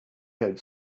had